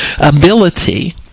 ability